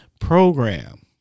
program